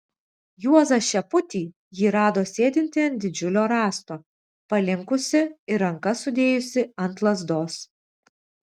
juozą šeputį ji rado sėdintį ant didžiulio rąsto palinkusį ir rankas sudėjusį ant lazdos